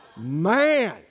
Man